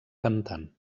cantant